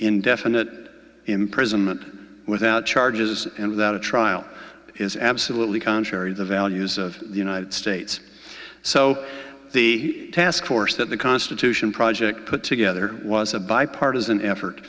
indefinite imprisonment without charges and without a trial is absolutely contrary the values of the united states so the task force that the constitution project put together was a bipartisan effort